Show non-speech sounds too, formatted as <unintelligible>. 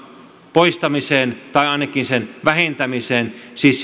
poistamiseen tai ainakin sen vähentämiseen siis <unintelligible>